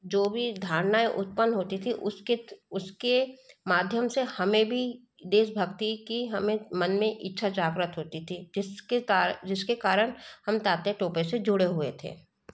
जो भी धारणाएं उत्पन्न होती थी उसके उसके माध्यम से हमें भी देशभक्त की हमें मन में इच्छा जागृत होती थी जिसके जिसके कारण हम तात्या टोपे से जुड़े हुए थे